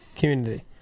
Community